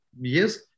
yes